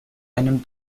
einem